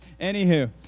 Anywho